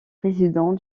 président